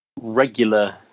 regular